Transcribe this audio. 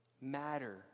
matter